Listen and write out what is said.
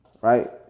right